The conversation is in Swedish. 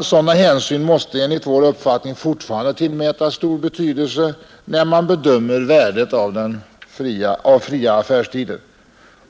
Sådana hänsyn måste enligt vår uppfattning fortfarande tillmätas stor betydelse när man bedömer värdet av fria affärstider.